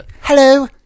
Hello